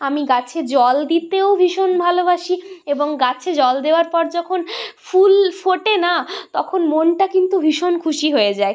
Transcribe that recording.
আমি গাছে জল দিতেও ভীষণ ভালোবাসি এবং গাছে জল দেওয়ার পর যখন ফুল ফোটে না তখন মনটা কিন্তু ভীষণ খুশি হয়ে যায়